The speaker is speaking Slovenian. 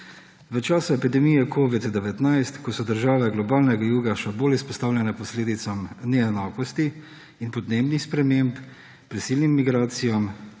V času epidemije covid-19, ko so države globalnega juga še bolj izpostavljene posledicam neenakosti in podnebnih sprememb, prisilnim migracijam